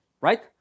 right